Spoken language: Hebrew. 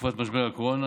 בתקופת משבר הקורונה,